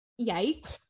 yikes